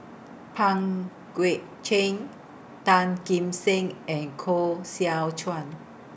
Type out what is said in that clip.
Pang Guek Cheng Tan Kim Seng and Koh Seow Chuan